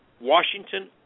Washington